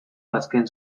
azken